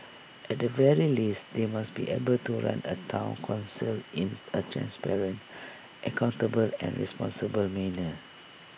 at the very least they must be able to run A Town Council in A transparent accountable and responsible manner